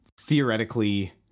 theoretically